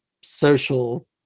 social